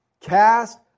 Cast